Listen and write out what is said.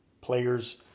players